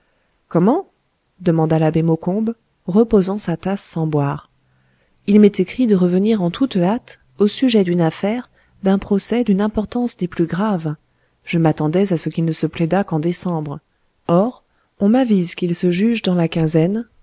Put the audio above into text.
comment demanda l'abbé maucombe reposant sa tasse sans boire il m'est écrit de revenir en toute hâte au sujet d'une affaire d'un procès d'une importance des plus graves je m'attendais à ce qu'il ne se plaidât qu'en décembre or on m'avise qu'il se juge dans la quinzaine